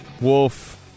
Wolf